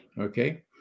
okay